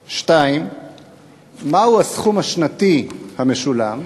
2. מה הוא הסכום השנתי המשולם?